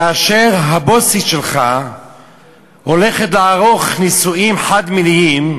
כאשר הבוסית שלך הולכת לערוך נישואים חד-מיניים,